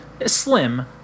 slim